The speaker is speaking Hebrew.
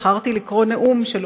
בחרתי לקרוא נאום של אורי,